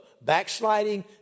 backsliding